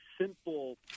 simple